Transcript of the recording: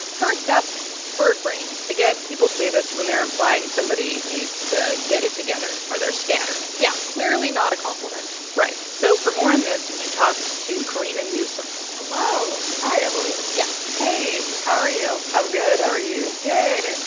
first up bird-brained again, people say this when they're implying somebody needs to get it together or they're scattered yeah, clearly not a compliment right. so for more on this, you talked to corina newsome hello hi, emily yeah. hey. how are you? i'm good. how are you? good.